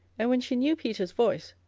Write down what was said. and when she knew peter's voice,